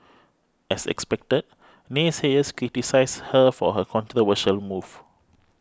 as expected naysayers criticised her for her controversial move